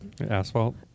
Asphalt